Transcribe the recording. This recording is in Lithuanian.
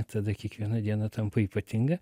tada kiekviena diena tampa ypatinga